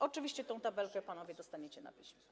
Oczywiście tę tabelkę panowie dostaniecie na piśmie.